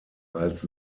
als